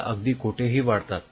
त्या अगदी कोठेही वाढतात